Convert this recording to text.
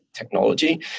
Technology